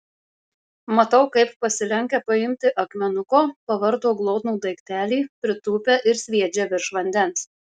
matau kaip pasilenkia paimti akmenuko pavarto glotnų daiktelį pritūpia ir sviedžia virš vandens